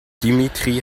dimitri